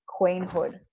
queenhood